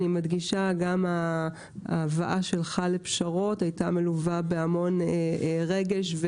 גם ההבאה שלך לפשרות היתה מלווה בהמון רגש,